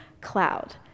cloud